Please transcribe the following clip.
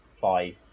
five